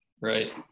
Right